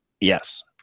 Yes